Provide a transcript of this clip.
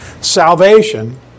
salvation